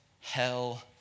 hell